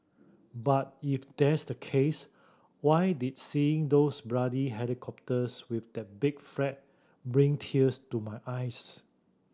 but if that's the case why did seeing those bloody helicopters with that big flag bring tears to my eyes